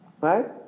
Right